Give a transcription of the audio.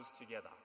together